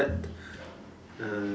uh